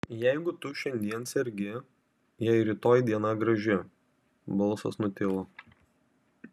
jeigu tu šiandien sergi jei rytoj diena graži balsas nutilo